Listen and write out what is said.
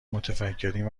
متفکرین